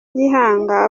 gihanga